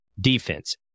defense